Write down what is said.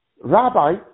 Rabbi